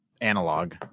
analog